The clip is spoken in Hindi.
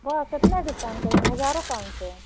बस इतना डिस्काउंट करेंगे हज़ार ही पाँच सौ